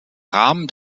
rahmen